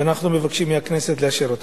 ואנחנו מבקשים מהכנסת לאשר אותה.